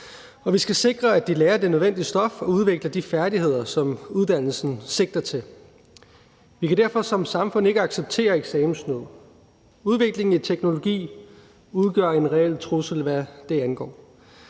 vi skal sikre, at de lærer det nødvendige stof og udvikler de færdigheder, som uddannelsen sigter mod. Vi kan derfor som samfund ikke acceptere eksamenssnyd. Udviklingen i teknologi udgør en reel trussel, hvad det angår.